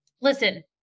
listen